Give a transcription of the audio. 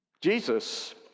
Jesus